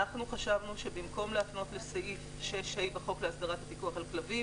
חשבנו שבמקום להפנות לסעיף 6(ה) בחוק הסדרת הפיקוח על כלבים,